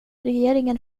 regeringen